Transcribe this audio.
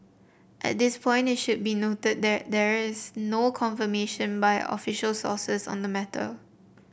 at this point it should be noted that there is no confirmation by official sources on the matter